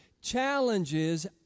challenges